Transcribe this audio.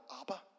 Abba